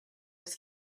its